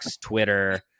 Twitter